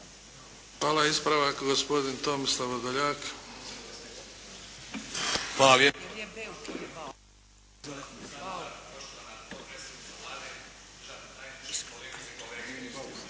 Hvala. Ispravak gospodin Tomislav Vrdoljak.